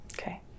okay